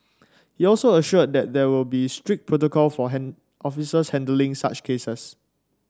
he also assured that there will be strict protocol for officers handling such cases